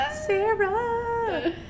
Sarah